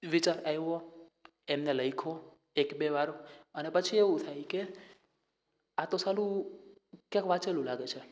વિચાર આવ્યો એને લખ્યો એકબે વાર અને પછી એવું થાય કે આતો સાલું ક્યાંક વાંચેલું લાગે છે